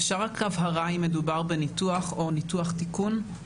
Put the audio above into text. אפשר רק הבהרה אם מדובר בניתוח או ניתוח תיקון?